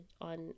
on